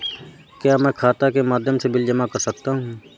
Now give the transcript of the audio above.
क्या मैं खाता के माध्यम से बिल जमा कर सकता हूँ?